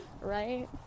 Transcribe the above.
right